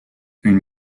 une